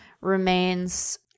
remains